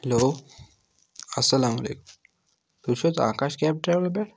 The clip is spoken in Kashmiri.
ہیٚلو اَسَلامُ علیکُم تُہۍ چھِو حظ آکاش کیب ٹرٛیٚولہٕ پٮ۪ٹھ